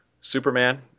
Superman